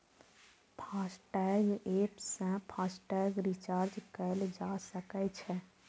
FASTag app सं FASTag recharge कैल जा सकै छै